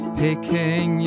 picking